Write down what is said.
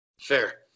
Fair